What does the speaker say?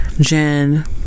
Jen